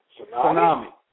tsunami